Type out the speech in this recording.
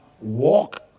walk